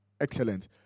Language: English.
Excellent